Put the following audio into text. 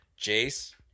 Jace